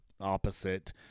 opposite